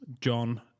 John